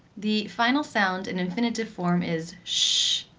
the final sound in infinitive form is sh,